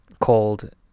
called